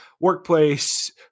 Workplace